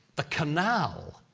the canal.